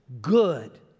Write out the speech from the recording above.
good